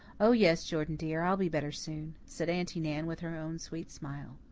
oh, yes, jordan dear, i'll be better soon, said aunty nan with her own sweet smile.